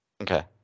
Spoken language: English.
Okay